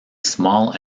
small